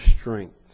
strength